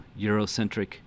Eurocentric